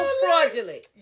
fraudulent